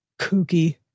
kooky